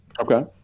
Okay